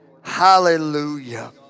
Hallelujah